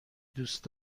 دوست